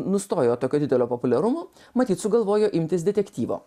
nustojo tokio didelio populiarumo matyt sugalvojo imtis detektyvo